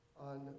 on